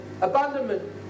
abandonment